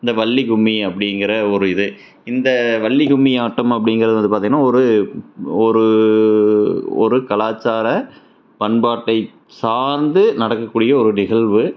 இந்த வள்ளிக்கும்மி அப்படிங்கிற ஒரு இது இந்த வள்ளிக்கும்மி ஆட்டம் அப்படிங்கிறது வந்து பார்த்திங்கன்னா ஒரு ஒரு ஒரு கலாச்சார பண்பாட்டை சார்ந்து நடக்கக்கூடிய ஒரு நிகழ்வு